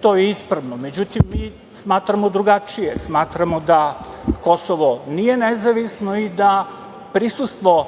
to je ispravno. Međutim, mi smatramo drugačije. Smatramo da Kosovo nije nezavisno i da prisustvo